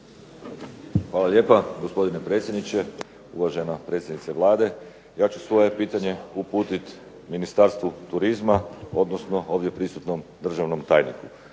Hvala lijepa, gospodine predsjedniče. Uvažena predsjednice Vlade. Ja ću svoje pitanje uputit Ministarstvu turizma odnosno ovdje prisutnom državnom tajniku.